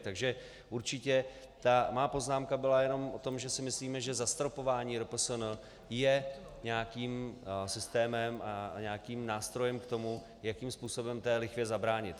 Takže určitě ta má poznámka byla jenom o tom, že si myslíme, že zastropování RPSN je nějakým systémem a nějakým nástrojem k tomu, jakým způsobem té lichvě zabránit.